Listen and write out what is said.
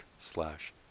slash